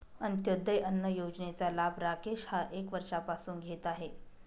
अंत्योदय अन्न योजनेचा लाभ राकेश हा एक वर्षापासून घेत आहे